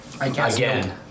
again